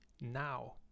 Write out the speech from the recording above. now